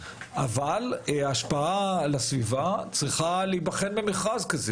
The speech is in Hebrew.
אבל השפעה על הסביבה צריכה להיבחן במכרז שכזה.